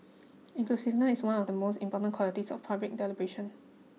inclusiveness is one of the most important qualities of public deliberation